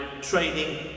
training